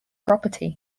property